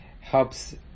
helps